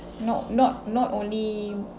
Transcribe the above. not not not only